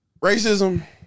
racism